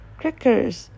crackers